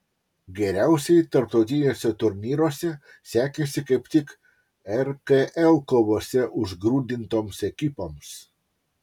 geriausiai tarptautiniuose turnyruose sekėsi kaip tik rkl kovose užgrūdintoms ekipoms